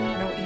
no